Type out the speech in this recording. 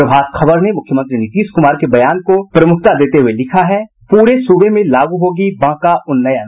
प्रभात खबर ने मुख्यमंत्री नीतीश कुमार के बयान को प्रमुखता देते हुये लिखा है पूरे सूबे में लागू होगी बांका उन्नयन